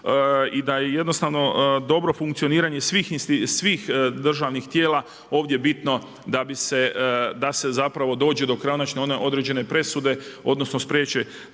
i da je jednostavno dobro funkcioniranje svih državnih tijela ovdje bitno da bi se, da se zapravo dođe do konačno one određene presude odnosno spriječi